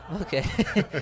okay